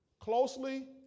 closely